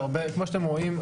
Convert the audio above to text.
כמו שאתם רואים,